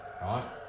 right